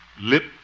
Lip